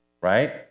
right